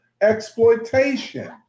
exploitation